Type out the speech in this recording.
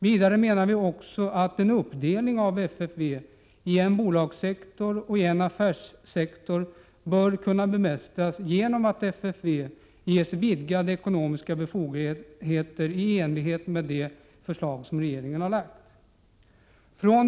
Vi menar också att en uppdelning av FFV i en bolagssektor och i en affärssektor bör kunna bemästras genom att FFV ges vidgade ekonomiska befogenheter i enlighet med regeringens förslag.